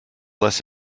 less